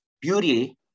beauty